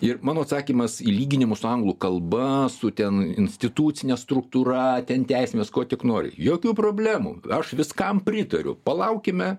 ir mano atsakymas į lyginimus su anglų kalba su ten institucine struktūra ten teisėmis kuo tik nori jokių problemų aš viskam pritariu palaukime